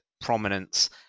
prominence